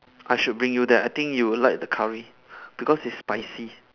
I should bring you there I think you will like the curry because it's spicy